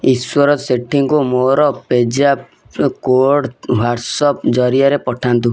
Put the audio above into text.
ଈଶ୍ୱର ସେଠୀଙ୍କୁ ମୋର ପେ ଜାପ୍ କୋଡ଼୍ ହ୍ଵାଟ୍ସଆପ୍ ଜରିଆରେ ପଠାଅ